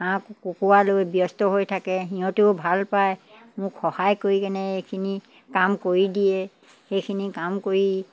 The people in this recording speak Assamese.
হাঁহ কুকুৰা লৈ ব্যস্ত হৈ থাকে সিহঁতেও ভাল পায় মোক সহায় কৰিকেনে এইখিনি কাম কৰি দিয়ে সেইখিনি কাম কৰি